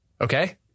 Okay